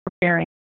preparing